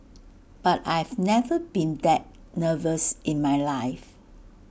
but I've never been that nervous in my life